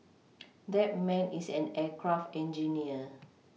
that man is an aircraft engineer